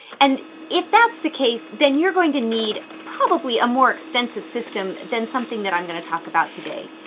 and if that's the case, then you're going to need probably a more extensive system than something that i'm going to talk about today.